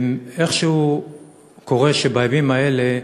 איכשהו קורה שבימים האלה,